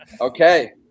Okay